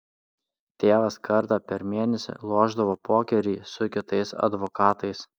tėvas kartą per mėnesį lošdavo pokerį su kitais advokatais